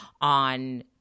on